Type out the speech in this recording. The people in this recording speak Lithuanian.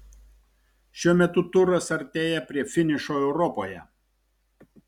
šiuo metu turas artėja prie finišo europoje